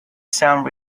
sound